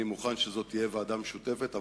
אני מוכן שזאת תהיה ועדה משותפת,